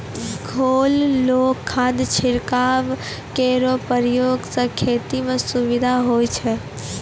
घोललो खाद छिड़काव केरो प्रयोग सें खेती म सुविधा होय छै